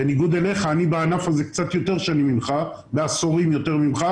,בניגוד לך אני בענף הזה קצת יותר שנים ממך ויותר עשורים ממך,